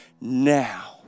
now